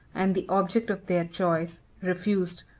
and the object of their choice, refused,